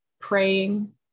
praying